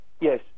Yes